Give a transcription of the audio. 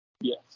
yes